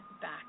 back